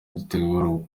gutegura